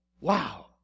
Wow